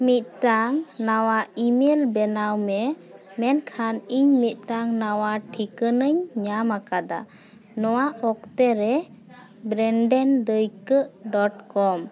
ᱢᱤᱫᱴᱟᱝ ᱱᱟᱣᱟ ᱤᱢᱮᱞ ᱵᱮᱱᱟᱣ ᱢᱮ ᱢᱮᱱᱠᱷᱟᱱ ᱤᱧ ᱢᱤᱫᱴᱟᱝ ᱱᱟᱣᱟ ᱴᱷᱤᱠᱟᱹᱱᱟᱹᱧ ᱧᱟᱢ ᱟᱠᱟᱫᱟ ᱱᱚᱣᱟ ᱚᱠᱛᱚ ᱨᱮ ᱵᱨᱮᱱᱰᱚᱱ ᱫᱟᱹᱭᱠᱟᱹ ᱰᱚᱴ ᱠᱚᱢ